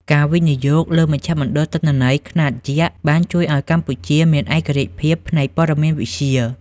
ការវិនិយោគលើមជ្ឈមណ្ឌលទិន្នន័យ ខ្នាតយក្ស បានជួយឱ្យកម្ពុជាមានឯករាជ្យភាពផ្នែកព័ត៌មានវិទ្យា។